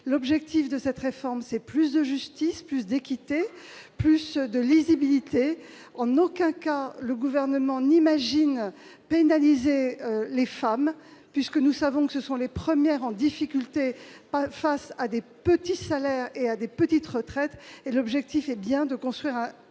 L'objectif de cette réforme, c'est plus de justice, plus d'équité, plus de lisibilité. En aucun cas, le Gouvernement n'imagine pénaliser les femmes, puisqu'il sait qu'elles sont les premières en difficulté face à des petits salaires et à des petites retraites. L'objectif est bien d'élaborer une